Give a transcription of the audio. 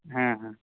ಹಾಂ ಹಾಂ